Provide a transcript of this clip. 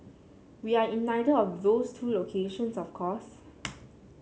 we are in neither of those two locations of course